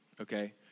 okay